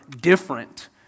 different